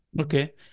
Okay